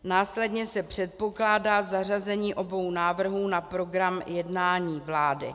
Následně se předpokládá zařazení obou návrhů na program jednání vlády.